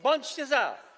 Bądźcie za.